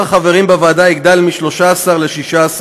מספר החברים בוועדה יגדל מ-13 ל-16,